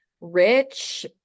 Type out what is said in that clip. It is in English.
rich